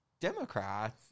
Democrats